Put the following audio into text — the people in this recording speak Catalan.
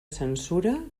censura